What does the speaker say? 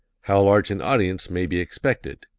how large an audience may be expected?